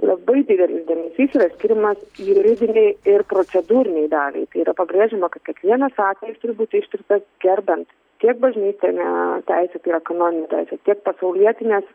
labai didelis dėmesys skiriamas juridinei ir procedūrinei daliai tai yra pabrėžiama kad kiekvienas atvejis turi būti ištirtas gerbiant tiek bažnytinę teisę tiek kanoninę teisę tiek pasaulietines